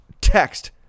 text